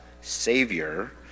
Savior